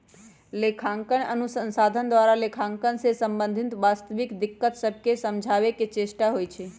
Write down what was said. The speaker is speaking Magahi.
लेखांकन अनुसंधान द्वारा लेखांकन से संबंधित वास्तविक दिक्कत सभके समझाबे के चेष्टा होइ छइ